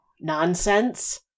nonsense